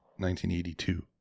1982